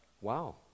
wow